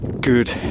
Good